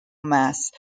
mass